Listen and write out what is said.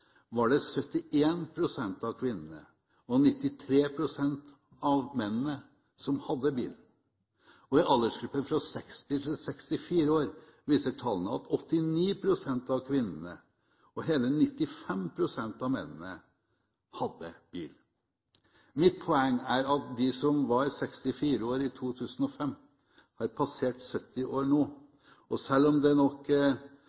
var det 71 pst. av kvinnene og 93 pst. av mennene som hadde bil. Og i aldersgruppen 60–64 år viser tallene at 89 pst. av kvinnene og hele 95 pst. av mennene hadde bil. Mitt poeng er at de som var 64 år i 2005, har passert 70 år